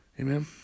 Amen